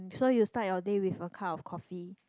so you start your day with a cup of coffee